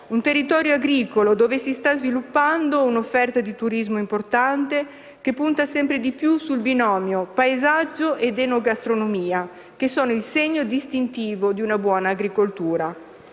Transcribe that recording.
un territorio agricolo, nel quale si sta sviluppando un'offerta di turismo importante che punta sempre più sul binomio paesaggio ed enogastronomia, che sono il segno distintivo di una buona agricoltura.